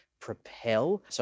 propel